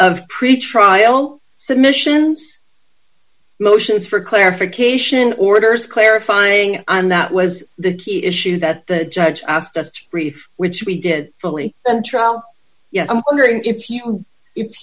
of pretrial submissions motions for clarification orders clarifying and that was the key issue that the judge asked us to brief which we did fully and trial yes i'm wondering if you if